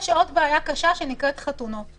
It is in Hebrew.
בעיה קשה נוספת היא החתונות.